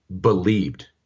believed